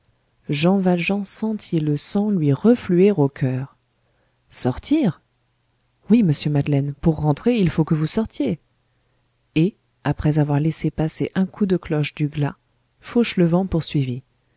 jean valjean sentit le sang lui refluer au coeur sortir oui monsieur madeleine pour rentrer il faut que vous sortiez et après avoir laissé passer un coup de cloche du glas fauchelevent poursuivit